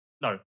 No